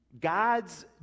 God's